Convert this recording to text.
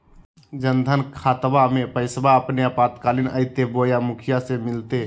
जन धन खाताबा में पैसबा अपने आपातकालीन आयते बोया मुखिया से मिलते?